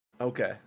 Okay